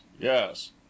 yes